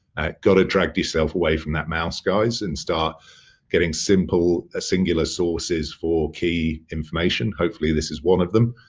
got to drag yourself away from that mouse, guys, and start getting simple, ah singular sources for key information, hopefully this is one of them.